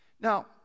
Now